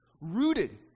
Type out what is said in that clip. rooted